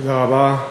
תודה רבה.